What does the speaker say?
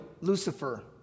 Lucifer